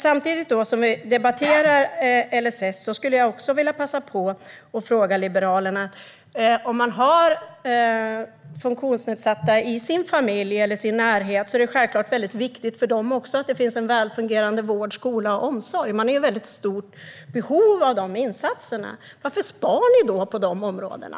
Samtidigt som vi debatterar LSS skulle jag vilja ställa en fråga till Liberalerna. Om man har funktionsnedsatta i sin familj eller i sin närhet tycker man självklart att det är viktigt att det finns en välfungerande vård, skola och omsorg. Man är i väldigt stort behov av de insatserna. Varför sparar ni då på de områdena?